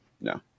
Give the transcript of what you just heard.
no